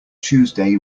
tuesday